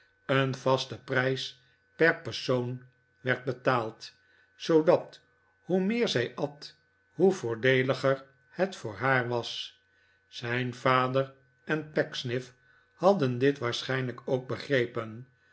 een vaste prijs per persoon werd betaald zoodat hoe meer zij at hoe voordeeliger het voor haar was zijn vader en pecksniff hadden dit waarschijnr lijk ook begrepen